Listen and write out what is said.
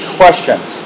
questions।